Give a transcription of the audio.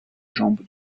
jambe